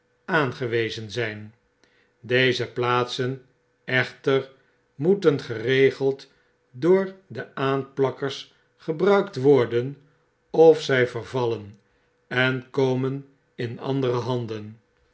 aangewezen zgn deze plaatsen echter moeten geregeld door de aanplakkers gebruikt worden of zg vervallen en komen in andere handen